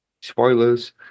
spoilers